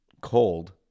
Cold